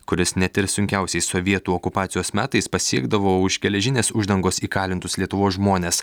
kuris net ir sunkiausiais sovietų okupacijos metais pasiekdavo už geležinės uždangos įkalintus lietuvos žmones